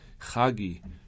Chagi